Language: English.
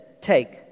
take